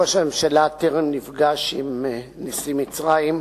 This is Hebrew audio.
ראש הממשלה טרם נפגש עם נשיא מצרים,